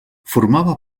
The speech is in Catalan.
formava